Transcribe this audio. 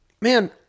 man